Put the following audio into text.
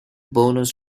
bonus